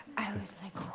i was like,